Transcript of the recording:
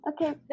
Okay